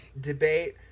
debate